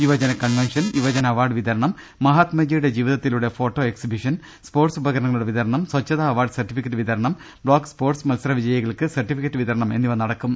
യുവജന കൺവെൻഷൻ യുവജന അവാർഡ് വിതരണം മഹാത്മജിയുടെ ജീവിതത്തിലൂടെ ഫോട്ടോ എക്സിബിഷൻ സ്പോർട്സ് ഉപകരണങ്ങളുടെ വിതരണം സച്ഛതാ അവാർഡ് സർട്ടിഫിക്കറ്റ് വിതരണം ബ്ലോക്ക് സ്പോർട്സ് മത്സര വിജയികൾക്ക് സർട്ടിഫിക്കറ്റ് വിതരണം എന്നിവ നടക്കും